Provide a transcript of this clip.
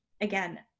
again